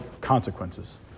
consequences